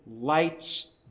lights